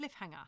cliffhanger